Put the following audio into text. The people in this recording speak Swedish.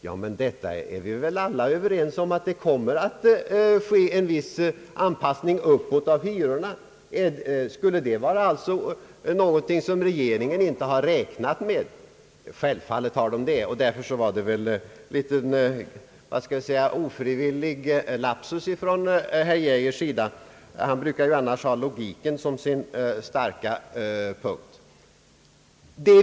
Ja, men vi är väl alla överens om att det kommer att ske en viss anpassning uppåt av hyrorna, Skulle det alltså vara någonting som regeringen inte har räknat med? Självfallet har man det, och därför var väl detta en ofrivillig lapsus från herr Geijers sida — han brukar ju annars ha logiken som sin starka sida.